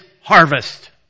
harvest